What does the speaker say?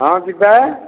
ହଁ ଯିବା